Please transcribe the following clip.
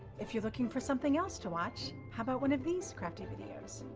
if you're looking for something else to watch, how about one of these crafty videos?